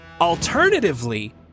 Alternatively